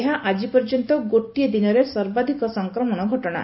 ଏହା ଆଜି ପର୍ଯ୍ୟନ୍ତ ଗୋଟିଏ ଦିନରେ ସର୍ବାଧିକ ସଂକ୍ରମଣ ଘଟଣା